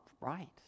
right